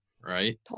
right